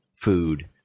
food